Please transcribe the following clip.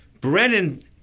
Brennan